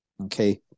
okay